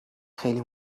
خیلی